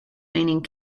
meaning